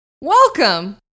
Welcome